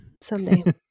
someday